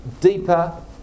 Deeper